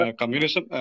communism